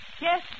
Yes